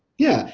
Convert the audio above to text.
yeah,